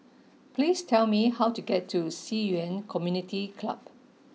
please tell me how to get to Ci Yuan Community Club